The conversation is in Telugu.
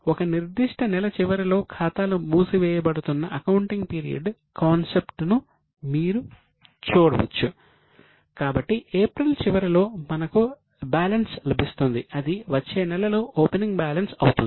ఒక నిర్దిష్ట నెల చివరిలో ఖాతాలు మూసివేయబడుతున్న అకౌంటింగ్ పీరియడ్ కాన్సెప్ట్ అవుతుంది